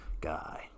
guy